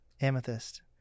amethyst